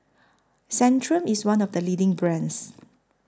Centrum IS one of The leading brands